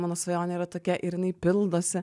mano svajonė yra tokia ir jinai pildosi